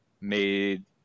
made